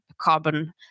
carbon